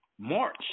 March